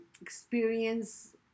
experience